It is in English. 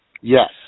Yes